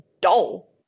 dull